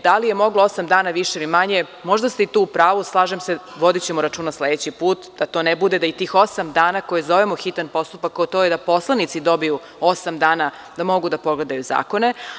Da li je moglo osam dana više ili manje, možda ste to u pravu, slažem se, vodićemo računa sledeći put da to ne bude, da i tih osam dana koje zovemo hitan postupak, a to je da poslanici dobiju osam dana da mogu da pogledaju zakone.